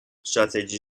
strategy